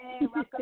welcome